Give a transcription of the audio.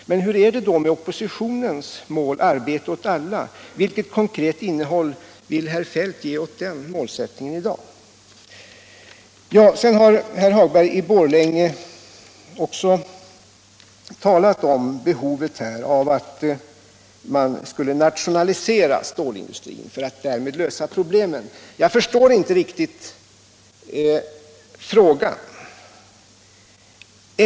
Men hur är det då med oppositionens mål Arbete åt alla? Vilket konkret innehåll vill herr Feldt ge den målsättningen i dag? Herr Hagberg i Borlänge har talat om behovet av att nationalisera stålindustrin för att lösa problemen. Jag förstår inte riktigt frågan.